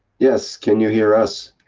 yes, can you hear us?